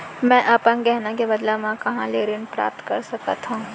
मै अपन गहना के बदला मा कहाँ ले ऋण प्राप्त कर सकत हव?